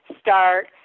start